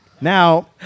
Now